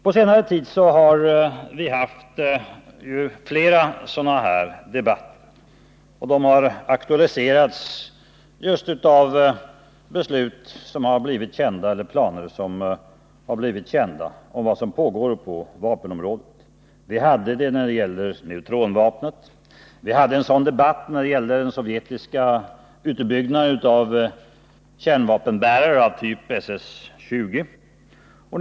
På senare tid har vi haft flera sådana här debatter. De har aktualiserats just av beslut eller av planer på vapenområdet som blivit kända. Detta var fallet när det gällde neutronvapnet, och vi hade en sådan debatt om den sovjetiska utbyggnaden av kärnvapenbärare av typ SS-20.